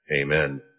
Amen